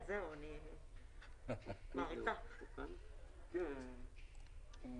תיקון תקנה 1 אושר.